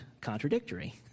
contradictory